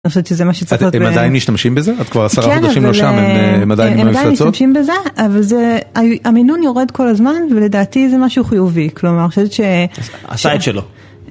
אני חושבת שזה מה שצריך. הם עדיין משתמשים בזה? את כבר עשרה חודשים לא שם, הם עדיין משתמשים בזה? הם עדיין משתמשים בזה, אבל המינון יורד כל הזמן, ולדעתי זה משהו חיובי. כלומר, אני חושבת ש... עשה את שלו.